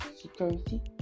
security